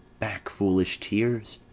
back, foolish tears,